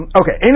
okay